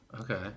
Okay